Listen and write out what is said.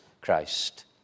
Christ